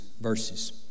verses